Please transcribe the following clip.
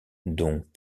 dont